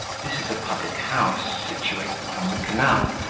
this is a public-house, situated upon the canal,